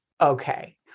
okay